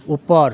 ऊपर